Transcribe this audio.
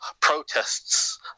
protests